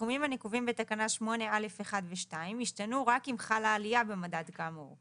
הסכומים הנקובים בתקנה 8א(1) ו-(2) ישתנו רק אם חלה עלייה במדד כאמו,